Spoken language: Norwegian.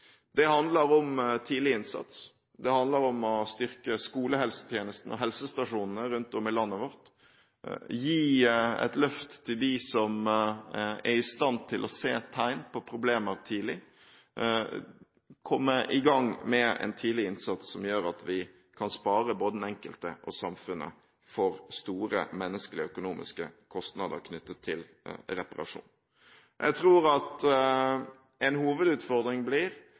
Det handler om tidlig innsats, det handler om å styrke skolehelsetjenesten og helsestasjonene rundt om i landet vårt, gi et løft til dem som er i stand til å se tegn på problemer tidlig, og komme i gang med en tidlig innsats som gjør at vi kan spare både den enkelte og samfunnet for store menneskelige og økonomiske kostnader knyttet til reparasjon. Jeg tror en hovedutfordring blir